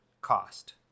cost